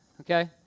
okay